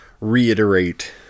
reiterate